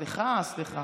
סליחה, סליחה.